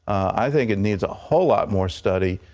i think it needs a whole lot more study.